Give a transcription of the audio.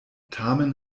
tamen